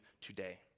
today